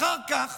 אחר כך